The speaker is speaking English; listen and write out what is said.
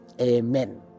amen